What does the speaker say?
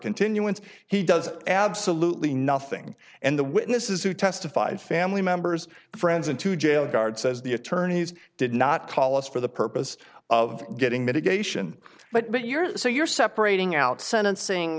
continuance he does absolutely nothing and the witnesses who testified family members friends and to jail guard says the attorneys did not call us for the purpose of getting mitigation but you're so you're separating out sentencing